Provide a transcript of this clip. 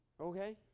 Okay